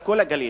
כל הגליל,